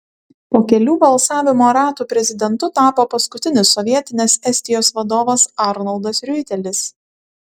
po kelių balsavimo ratų prezidentu tapo paskutinis sovietinės estijos vadovas arnoldas riuitelis